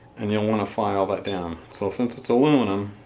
and you'll want to file that down. so since it's aluminum,